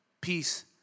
peace